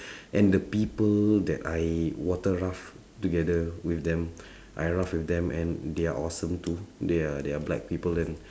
and the people that I water raft together with them I raft with them and they are awesome too they are they are black people and